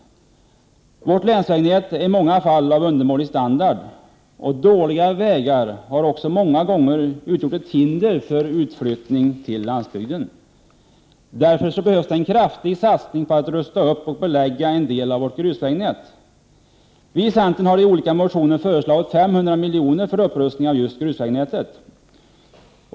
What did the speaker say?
Vårt länsvägnät är ofta av undermålig standard. Dåliga vägar har många gånger utgjort ett hinder för utflyttning till landsbygden. Därför behövs det en kraftig satsning på att rusta upp och belägga en del av vårt grusvägnät. Vi i centern har i olika motioner föreslagit 500 miljoner för upprustning av just grusvägnätet.